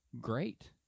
great